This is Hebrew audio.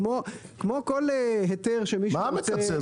כדי להיכנס,